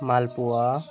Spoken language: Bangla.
মালপুয়া